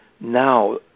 now